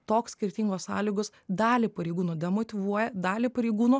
toks skirtingos sąlygos dalį pareigūnų demotyvuoja dalį pareigūnų